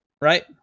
right